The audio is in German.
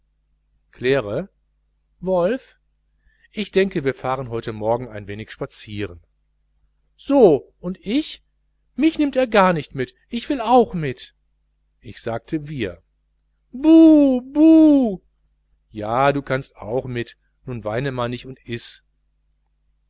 claire wolf ich denke wir fahren heute morgen ein wenig spazieren so und ich mich nimmt er gar nicht mit ich will auch mit ich sagte wir buh buh ja du kannst auch mit nu weine man nich und eß